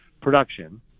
production